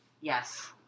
Yes